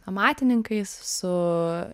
amatininkais su